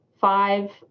five